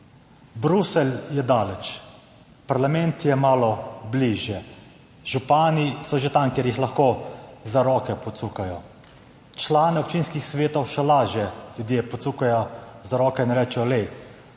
Bruselj je daleč, parlament je malo bližje, župani so že tam, kjer jih lahko za rokav pocukajo, člane občinskih svetov še lažje ljudje pocukajo za rokav in rečejo,